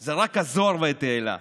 זה רק הזוהר והתהילה.